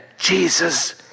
Jesus